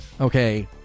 okay